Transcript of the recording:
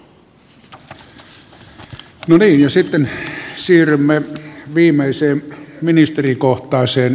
sitten siirrymme viimeiseen ministerikohtaiseen sessioon